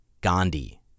Gandhi